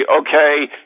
okay